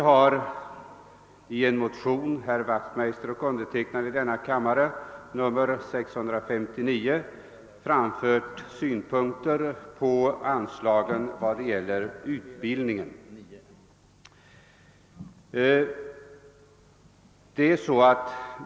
Herr Wachtmeister och jag har i en motion, i denna kammare nr 659, framfört synpunkter på en av dessa punkter, och det gäller anslagen till utbildningen av värnpliktiga.